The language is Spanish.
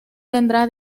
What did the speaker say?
tendrá